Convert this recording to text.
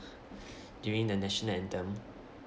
during the national anthem